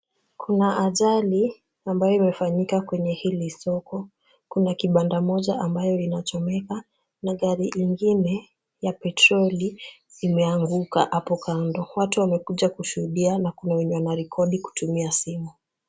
Kuna ajali ambayo imefanyika kwenye hili soko. Kuna kibanda moja ambayo inachomeka na gari lingine ya petroli zimeanguka hapo kando. Watu wamekuja kushuhudia na kuna wenye wanarekodi kutumia simu.